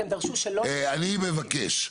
זה מוסדות התכנון.